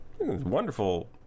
wonderful